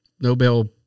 Nobel